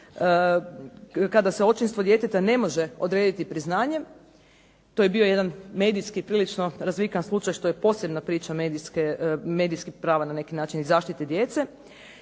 kada se očinstvo djeteta ne može odrediti priznanjem. To je bio jedan medijski prilično razvikan slučaj što je posebna priča medijskih prava na neki način i zaštite djece.